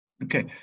Okay